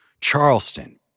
Charleston